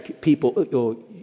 people